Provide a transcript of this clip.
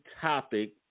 topic